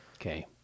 Okay